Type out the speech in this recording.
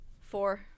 Four